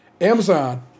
Amazon